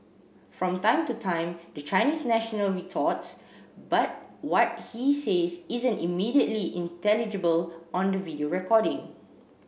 from time to time the Chinese national retorts but what he says isn't immediately intelligible on the video recording